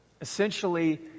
essentially